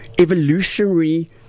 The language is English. evolutionary